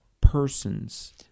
persons